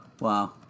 Wow